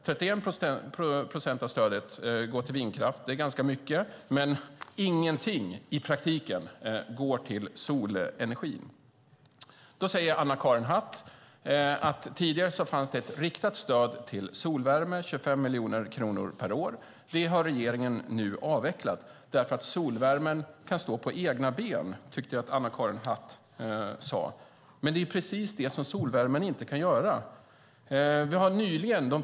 31 procent går till vindkraft, vilket är ganska mycket. Men i praktiken går ingenting till solenergin. Anna-Karin Hatt säger att det tidigare fanns ett riktat stöd till solvärme på 25 miljoner kronor per år. Det har regeringen nu avvecklat därför att solvärmen kan stå på egna ben, tyckte jag att Anna-Karin Hatt sade. Men det är precis det som solvärmen inte kan göra.